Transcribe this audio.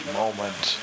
moment